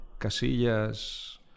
Casillas